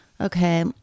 okay